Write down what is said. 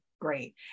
great